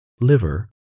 liver